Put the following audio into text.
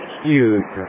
huge